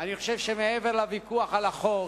אני חושב שמעבר לוויכוח על החוק,